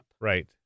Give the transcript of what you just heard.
Right